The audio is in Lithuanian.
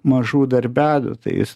mažų darbelių tai jis